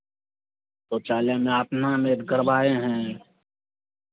शौचालय में आप नाम एड करवाए हैं